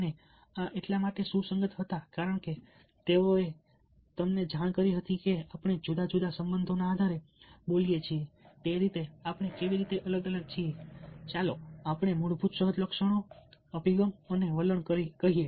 અને આ એટલા માટે સુસંગત હતા કારણ કે તેઓએ તમને જાણ કરી હતી કે આપણે જુદા જુદા સંબંધોના આધારે બોલીએ છીએ તે રીતે આપણે કેવી રીતે અલગ છીએ ચાલો આપણે મૂળભૂત સહજ લક્ષણો અભિગમ અને વલણ કહીએ